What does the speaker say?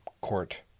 court